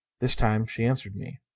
this time she answered me.